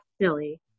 silly